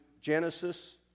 Genesis